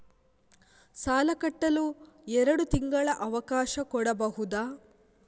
ಸಾಲ ಕಟ್ಟಲು ಎರಡು ತಿಂಗಳ ಅವಕಾಶ ಕೊಡಬಹುದಾ?